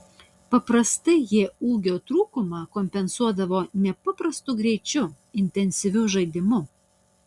paprastai jie ūgio trūkumą kompensuodavo nepaprastu greičiu intensyviu žaidimu